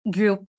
Group